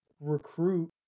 recruit